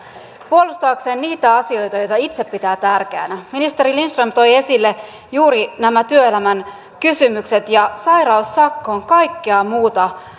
puolustaakseen niitä asioita joita itse pitää tärkeinä ministeri lindström toi esille juuri nämä työelämän kysymykset ja sairaussakko on kaikkea muuta